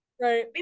Right